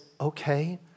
okay